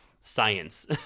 science